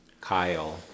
Kyle